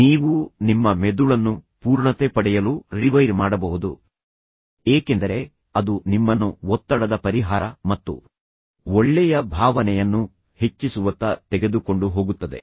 ನೀವು ನಿಮ್ಮ ಮೆದುಳನ್ನು ಪೂರ್ಣತೆ ಪಡೆಯಲು ರಿವೈರ್ ಮಾಡಬಹುದು ಏಕೆಂದರೆ ಅದು ನಿಮ್ಮನ್ನು ಒತ್ತಡದ ಪರಿಹಾರ ಮತ್ತು ಒಳ್ಳೆಯ ಭಾವನೆಯನ್ನು ಹೆಚ್ಚಿಸುವತ್ತ ತೆಗೆದುಕೊಂಡು ಹೋಗುತ್ತದೆ